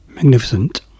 Magnificent